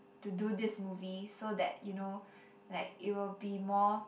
to do this movie so that you know like it will be more